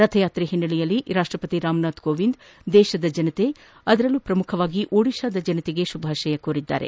ರಥಯಾತ್ರೆ ಓನ್ನೆಲೆಯಲ್ಲಿ ರಾಷ್ಷಪತಿ ರಾಮನಾಥ್ ಕೋಎಂದ್ ದೇಶದ ಜನತೆ ಅದರಲ್ಲೂ ಪ್ರಮುಖವಾಗಿ ಒಡಿಶಾದ ಜನತೆಗೆ ಶುಭ ಕೋರಿದ್ದಾರೆ